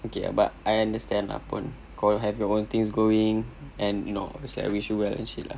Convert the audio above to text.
okay ah but I understand uh pun kau have your own things going and you know I wish you well and shit lah